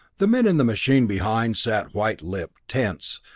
the men in the machine behind sat white-lipped, tense,